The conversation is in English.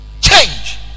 Change